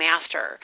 master